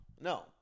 no